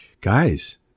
guys